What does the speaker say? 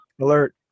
alert